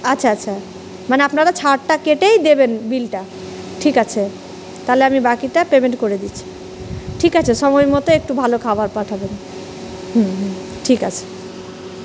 আচ্ছা আচ্ছা মানে আপনারা ছাড়টা কেটেই দেবেন বিলটা ঠিক আছে তাহলে আমি বাকিটা পেমেন্ট করে দিচ্ছি ঠিক আছে সময় মতো একটু ভালো খাবার পাঠাবেন হুম ঠিক আছে